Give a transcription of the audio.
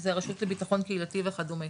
שזה הרשות לביטחון קהילתי וכדומה.